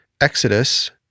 Exodus